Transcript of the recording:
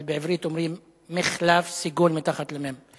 אבל בעברית אומרים מֶחלף, עם סגול מתחת למ"ם.